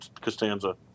Costanza